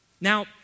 Now